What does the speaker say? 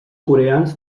coreans